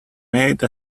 made